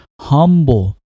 humble